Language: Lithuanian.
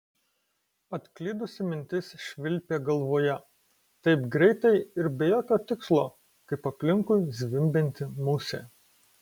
atklydusi mintis švilpė galvoje taip greitai ir be jokio tikslo kaip aplinkui zvimbianti musė